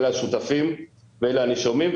אלה השותפים ואלה הנישומים.